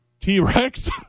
T-Rex